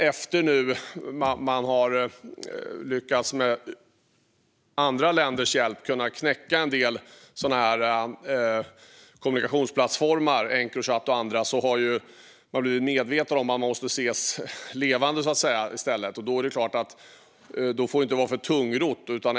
Efter att man med andra länders hjälp lyckats knäcka en del kommunikationsplattformar, Encrochat och andra, har de kriminella blivit medvetna om att de måste ses "levande" i stället. Då är det klart att det inte får vara tungrott.